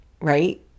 right